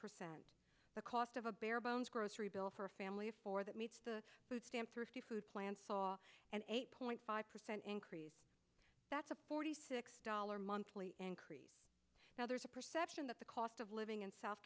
percent the cost of a bare bones grocery bill for a family of four that meets the food stamp thrifty food plan saw an eight point five percent increase that's a forty six dollars monthly increase now there's a perception that the cost of living in south